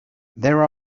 there